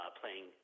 playing